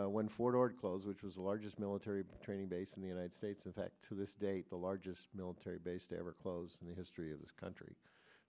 but when ford close which was the largest military training base in the united states in fact to this date the largest military base to ever close in the history of this country